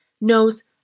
knows